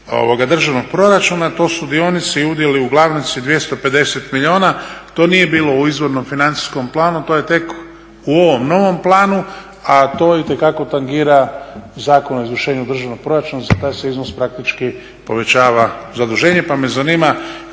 državnog proračuna to su dionice i udjeli u glavnici 250 milijuna. To nije bilo u izvornom financijskom planu, to je tek u ovom novom planu, a to itekako tangira Zakon o izvršenju državnog proračuna, za taj se iznos praktički povećava zaduženje. Pa me zanima